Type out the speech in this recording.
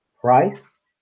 price